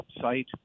site